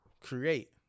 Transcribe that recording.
Create